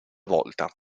volta